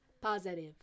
Positive